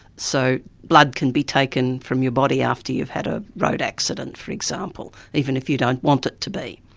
so blood can be taken from your body after you've had a road accident, for example, even if you don't want it to be.